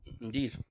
Indeed